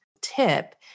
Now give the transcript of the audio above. tip